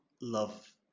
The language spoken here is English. love